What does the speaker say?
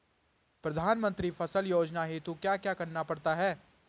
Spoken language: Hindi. प्रधानमंत्री फसल योजना हेतु क्या क्या करना पड़ता है?